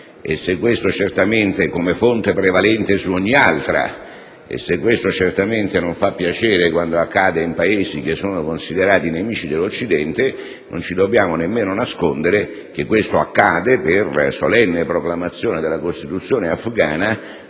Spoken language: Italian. alla legge islamica, come fonte prevalente su ogni altra. Se questo certamente non fa piacere quando accade in Paesi che sono considerati nemici dell'Occidente, non ci dobbiamo nemmeno nascondere che ciò accade per solenne proclamazione della Costituzione afghana,